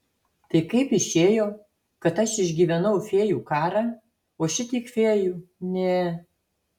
tai kaip išėjo kad aš išgyvenau fėjų karą o šitiek fėjų ne